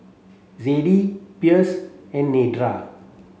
Zadie Pierce and Nedra